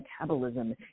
metabolism